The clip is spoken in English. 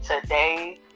today